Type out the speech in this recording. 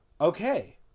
Okay